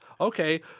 Okay